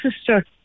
sister